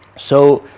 so